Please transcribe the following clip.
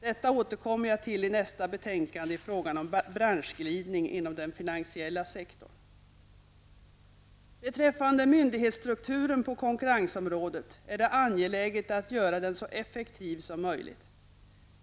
Detta återkommer jag till i nästa betänkande i frågan om branschglidning inom den finansiella sektorn. Beträffande myndighetsstrukturen på konkurrensområdet är det angeläget att göra den så effektiv som möjligt.